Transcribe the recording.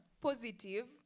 positive